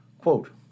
Quote